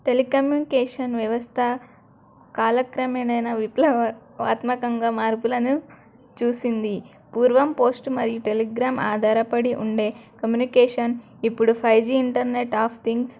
telecommunication వ్యవస్థ కాలక్రమేణా విప్లవాత్మకంగా మార్పులను చూసింది పూర్వం పోస్ట్ మరియు టెలిగ్రామ్ ఆధారపడి ఉండే కమ్యూనికేషన్ ఇప్పుడు five G internet of things